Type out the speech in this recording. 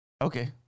Okay